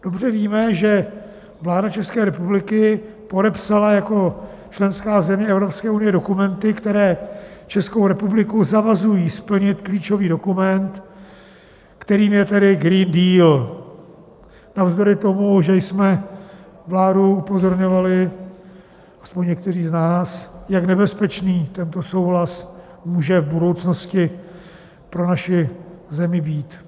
Dobře víme, že vláda České republiky podepsala jako členská země Evropské unie dokumenty, které Českou republiku zavazují splnit klíčový dokument, kterým je Green Deal, navzdory tomu, že jsme vládu upozorňovali, aspoň někteří z nás, jak nebezpečný tento souhlas může v budoucnosti pro naši zemi být.